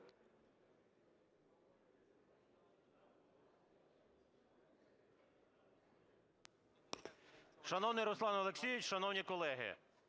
Шановний Руслан Олексійович, шановні колеги,